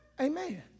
Amen